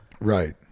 right